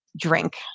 drink